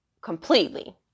Completely